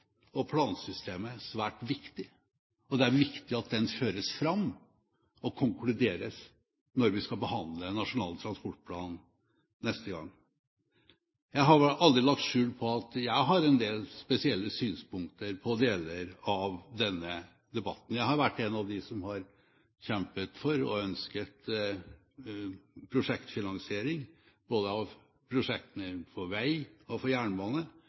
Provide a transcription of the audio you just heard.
og plansystemet svært viktig, og det er viktig at den føres fram og konkluderes når vi skal behandle Nasjonal transportplan neste gang. Jeg har aldri lagt skjul på at jeg har en del spesielle synspunkter på deler av denne debatten. Jeg har vært en av dem som har kjempet for og ønsket prosjektfinansiering av prosjektene på både vei og jernbane. Jeg har tatt til orde for